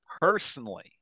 personally